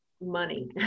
money